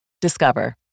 Discover